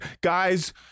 guys